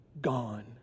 Gone